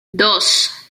dos